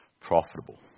profitable